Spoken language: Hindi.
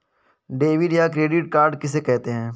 डेबिट या क्रेडिट कार्ड किसे कहते हैं?